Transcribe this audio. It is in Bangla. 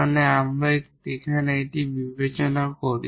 মানে তাই আমরা এখানে বিবেচনা করি